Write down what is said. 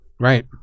Right